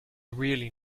really